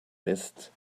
west